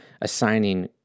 assigning